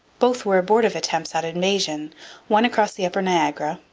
both were abortive attempts at invasion one across the upper niagara,